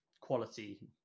quality